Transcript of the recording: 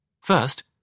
First